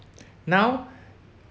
now